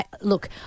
Look